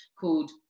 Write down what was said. called